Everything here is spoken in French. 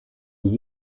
aux